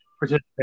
participate